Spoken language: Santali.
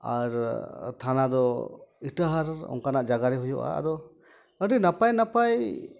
ᱟᱨ ᱛᱷᱟᱱᱟ ᱫᱚ ᱤᱴᱟᱹᱦᱟᱨ ᱚᱱᱠᱟᱱᱟᱜ ᱡᱟᱭᱜᱟᱨᱮ ᱦᱩᱭᱩᱜᱼᱟ ᱟᱫᱚ ᱟᱹᱰᱤ ᱱᱟᱯᱟᱭ ᱱᱟᱯᱟᱭ